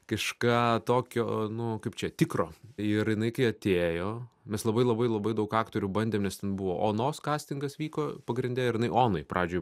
kažką tokio nu kaip čia tikro ir jinai kai atėjo mes labai labai labai daug aktorių bandėm nes ten buvo onos kastingas vyko pagrinde ir jinai onai pradžioj